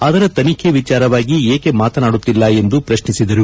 ಅದರ ತನಿಖೆ ವಿಚಾರವಾಗಿ ಏಕೆ ಮಾತನಾಡುತ್ತಿಲ್ಲ ಎಂದು ಪ್ರತ್ನಿಸಿದರು